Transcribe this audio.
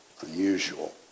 unusual